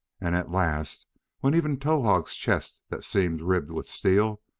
and at last when even towahg's chest that seemed ribbed with steel,